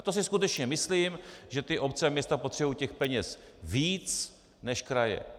To si skutečně myslím, že obce a města potřebují peněz víc než kraje.